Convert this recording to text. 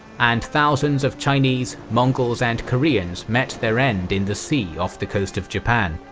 and thousands of chinese, mongols, and koreans met their end in the sea off the coast of japan.